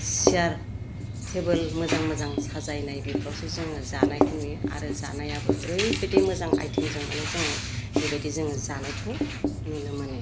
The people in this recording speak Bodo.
सियार टेबोल मोजां मोजां साजायनाय बेफ्रावसो जोङो जानायखौ नुयो आरो जानायाबो ओरैबायदि मोजां आइटेमजों माने जों बेबायदि जोङो जानायखौ नुनो मोनो